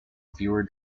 fewer